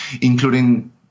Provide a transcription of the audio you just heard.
including